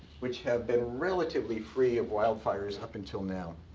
which have been relatively free of wildfires up until now.